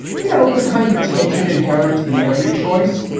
you know, the kind of tension inherent in every choice,